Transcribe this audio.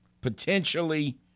potentially